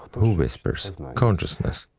who whispers? consciousness.